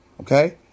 Okay